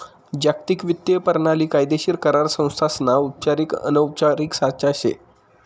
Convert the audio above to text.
जागतिक वित्तीय परणाली कायदेशीर करार संस्थासना औपचारिक अनौपचारिक साचा शे